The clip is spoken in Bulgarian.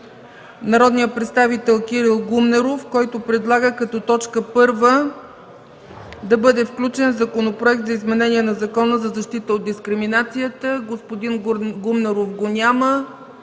народният представител Кирил Гумнеров, който предлага като т. 1 да бъде включен Законопроект за изменение на Закона за защита от дискриминацията. Господин Гумнеров го няма.